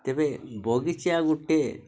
ବଗିଚା ଗୋଟିଏ